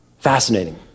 fascinating